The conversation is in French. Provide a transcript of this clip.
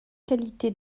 qualité